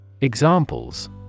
Examples